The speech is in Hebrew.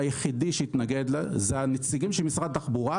היחידים שהתנגדו הם הנציגים של משרד התחבורה,